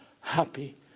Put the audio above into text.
happy